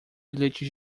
bilhete